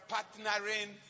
Partnering